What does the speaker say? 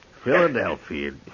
Philadelphia